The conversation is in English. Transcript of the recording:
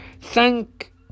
Thank